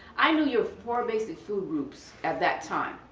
i knew your four basic food groups at that time,